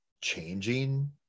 changing